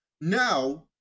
Now